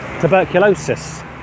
tuberculosis